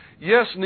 Yes